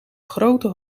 grote